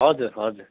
हजुर हजुर